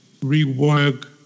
rework